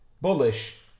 bullish